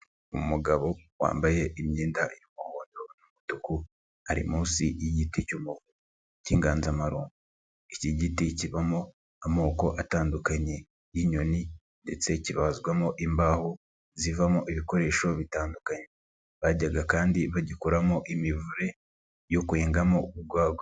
Umugabo wambaye imyenda y'umuhondo n'umutuku ari munsi y'igiticy'umuvumu cy'inganzamaro, iki giti kibamo amoko atandukanye y'inyoni ndetse kibazwamo imbaho zivamo ibikoresho bitandukanye, bajyaga kandi bagikoramo imivure yo kwengamo urwagwa.